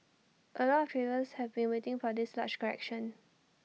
A lot of traders have been waiting for this large correction